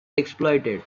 exploited